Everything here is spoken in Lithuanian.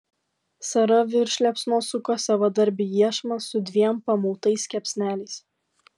sara virš liepsnos suko savadarbį iešmą su dviem pamautais kepsneliais